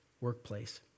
workplace